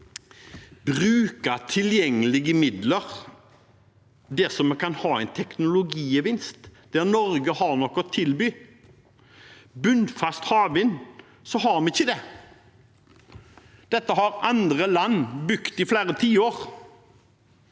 bruke tilgjengelige midler der vi kan ha en teknologigevinst, der Norge har noe å tilby. På området bunnfast havvind har vi ikke det. Dette har andre land bygget i flere tiår.